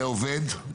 עובד?